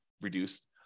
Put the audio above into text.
reduced